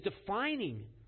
defining